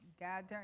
God